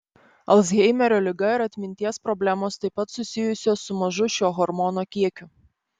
alzheimerio liga ir atminties problemos taip pat susijusios su mažu šio hormono kiekiu